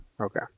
Okay